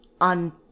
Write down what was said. on